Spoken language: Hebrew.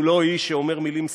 הוא לא איש שאומר מילים סתם.